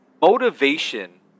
Motivation